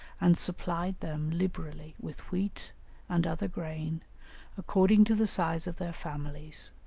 and supplied them liberally with wheat and other grain according to the size of their families,